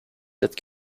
that